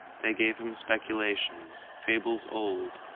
they gave him speculations, fables old,